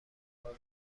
برده